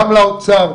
גם לאוצר,